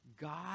God